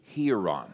hieron